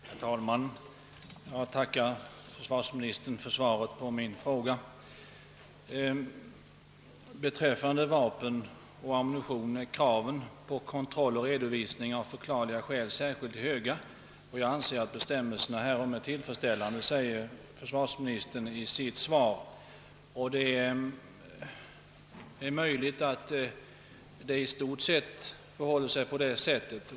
Herr talman! Jag tackar försvarsministern för svaret på min fråga. »Beträffande vapen och ammunitior är kraven» — på kontroll och redovisning — »av förklarliga skäl särskilt höga, och jag anser att bestämmelserna härom är tillfredsställande», säger försvarsministern i sitt svar. Det är möjligt att det i stort sett förhåller sig så.